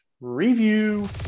Review